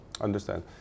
understand